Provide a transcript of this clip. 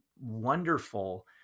wonderful